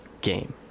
game